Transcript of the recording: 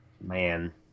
Man